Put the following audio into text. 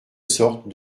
sorte